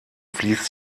fließt